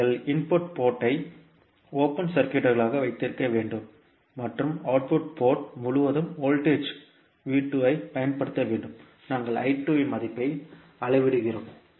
நீங்கள் input port ஐ open சர்க்யூட்களாக வைத்திருக்க வேண்டும் மற்றும் அவுட்புட் போர்ட் முழுவதும் வோல்டேஜ் V2 ஐப் பயன்படுத்த வேண்டும் நாங்கள் I2 இன் மதிப்பை அளவிடுகிறோம்